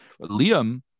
Liam